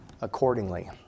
accordingly